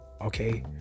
okay